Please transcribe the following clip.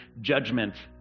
judgment